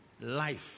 life